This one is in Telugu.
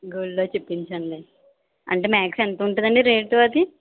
గోల్డ్లో చూపించండి అంటే మ్యాక్స్ ఎంతుంటదండి రేటు అది